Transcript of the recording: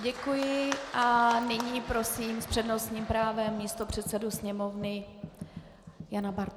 Děkuji a nyní prosím s přednostním právem místopředsedu Sněmovny Jana Bartoška.